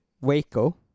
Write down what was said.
Waco